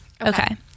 okay